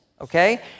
okay